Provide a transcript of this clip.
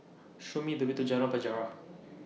Show Me The Way to Jalan Penjara